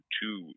two